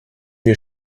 wir